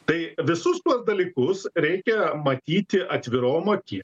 tai visus tuos dalykus reikia matyti atvirom akim